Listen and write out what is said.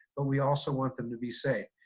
but we also want them to be safe.